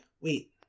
wait